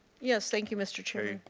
yes, thank you, mr. chair.